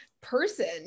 person